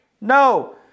No